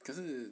可是